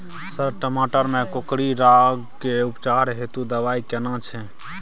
Sir टमाटर में कोकरि रोग के उपचार हेतु दवाई केना छैय?